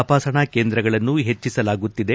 ತಪಾಸಣಾ ಕೇಂದ್ರಗಳನ್ನು ಹೆಚ್ಚಿಸಲಾಗುತ್ತಿದೆ